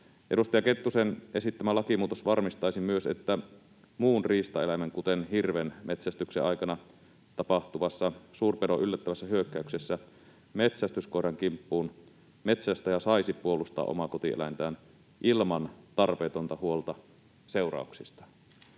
Edustaja Kettusen esittämä lakimuutos varmistaisi myös, että muun riistaeläimen, kuten hirven metsästyksen aikana tapahtuvassa suurpedon yllättävässä hyökkäyksessä metsästyskoiran kimppuun metsästäjä saisi puolustaa omaa kotieläintään ilman tarpeetonta huolta seurauksista.